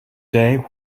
day